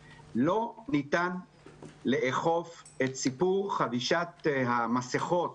ראשית, לא ניתן לאכוף את סיפור חבישת המסכות